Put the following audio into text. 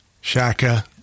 Shaka